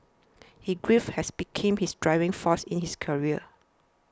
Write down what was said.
his grief has become his driving force in his career